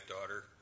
daughter